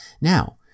Now